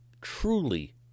truly